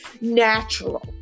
natural